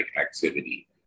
activity